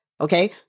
Okay